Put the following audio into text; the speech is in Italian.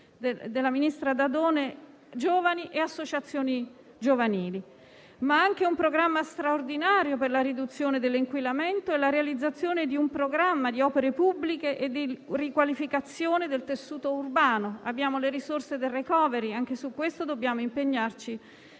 come ricordavo prima, giovani e associazioni giovanili. Ma richiede anche un impegno straordinario per la riduzione dell'inquinamento e la realizzazione di un programma di opere pubbliche e di riqualificazione del tessuto urbano. Abbiamo le risorse del *recovery* e anche su questo dobbiamo impegnarci